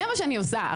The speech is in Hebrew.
זה מה שאני עושה.